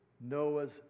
Noah's